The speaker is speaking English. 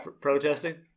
protesting